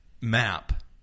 map